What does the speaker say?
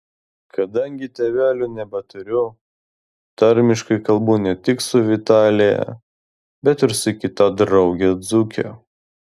kadangi tėvelių nebeturiu tarmiškai kalbu ne tik su vitalija bet ir su kita drauge dzūke